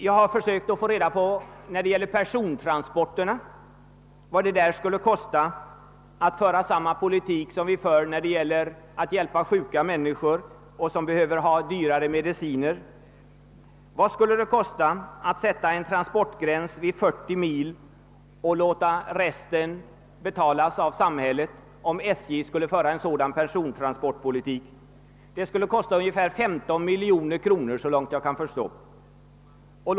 Jag har försökt att få reda på i fråga om persontransporterna vad det skulle kosta att föra samma politik som vi för då det gäller att hjälpa sjuka människor, som behöver ha dyrare mediciner. Vad skulle det kosta, om SJ skulle föra en sådan transportpolitik, att man skulle sätta en taxegräns vid 40 mil och låta resten betalas av samhället? Det skulle kosta ungefär 15 miljoner kronor, så långt jag kan förstå.